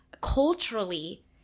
culturally